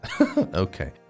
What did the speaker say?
Okay